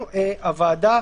אומרת,